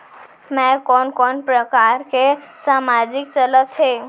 मैं कोन कोन प्रकार के सामाजिक चलत हे?